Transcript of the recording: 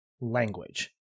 language